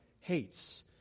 hates